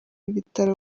ibitaro